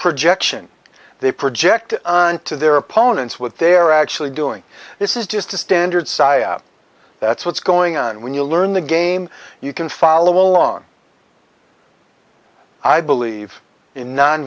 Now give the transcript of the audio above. projection they project onto their opponents what they're actually doing this is just a standard cya that's what's going on when you learn the game you can follow along i believe in non